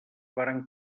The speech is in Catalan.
varen